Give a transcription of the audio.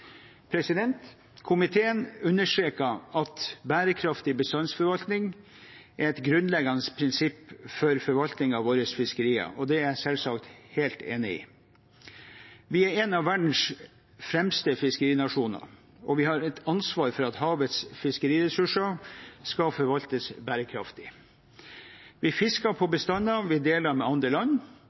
havforvaltning. Komiteen understreker at bærekraftig bestandsforvaltning er et grunnleggende prinsipp for forvaltning av våre fiskerier. Det er jeg selvsagt helt enig i. Vi er en av verdens fremste fiskerinasjoner, og vi har et ansvar for at havets fiskeriressurser forvaltes bærekraftig. Vi fisker på bestander vi deler med andre land,